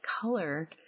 color